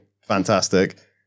Fantastic